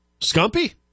Scumpy